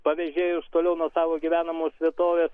pavėžėjus toliau nuo tavo gyvenamos vietovės